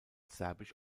serbisch